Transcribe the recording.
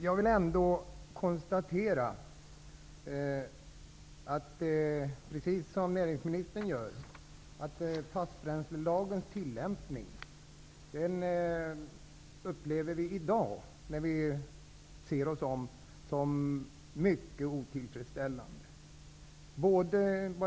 Jag kan ändå konstatera, precis som näringsministern, att vi i dag upplever fastbränslelagens tillämpning som mycket otillfredsställande.